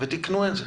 ותיקנו את זה,